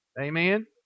Amen